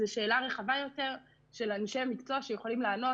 זו שאלה רחבה יותר של אנשי מקצוע שיכולים לענות,